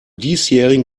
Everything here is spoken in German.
diesjährigen